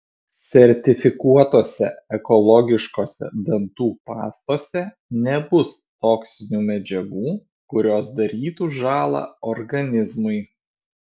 sertifikuotose ekologiškose dantų pastose nebus toksinių medžiagų kurios darytų žąlą organizmui